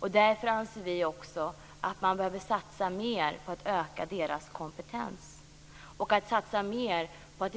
Vi anser därför att man behöver satsa mer på att öka deras kompetens. Man behöver också satsa mer på